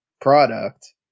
product